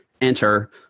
enter